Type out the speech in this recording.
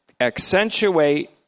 accentuate